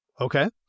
Okay